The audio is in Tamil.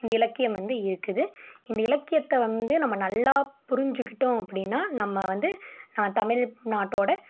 இந்த இலக்கியம் வந்து இருக்குது இந்த இலக்கியத்தை வந்து நம்ம நல்லா புரிஞ்சிக்கிட்டோம் அப்படின்னா நம்ம வந்து தமிழ்நாட்டோடய